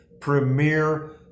premier